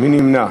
מי נמנע?